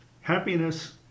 Happiness